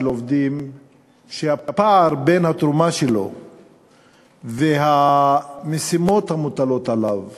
של עובדים שהפער בין התרומה שלו והמשימות המוטלות עליו